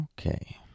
Okay